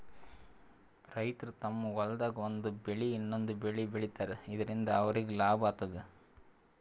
ರೈತರ್ ತಮ್ಮ್ ಹೊಲ್ದಾಗ್ ಒಂದ್ ಬೆಳಿ ಇನ್ನೊಂದ್ ಬೆಳಿ ಬೆಳಿತಾರ್ ಇದರಿಂದ ಅವ್ರಿಗ್ ಲಾಭ ಆತದ್